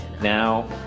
Now